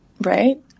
right